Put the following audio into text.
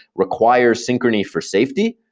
require synchrony for safety,